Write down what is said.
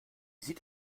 sieht